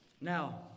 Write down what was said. Now